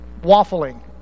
waffling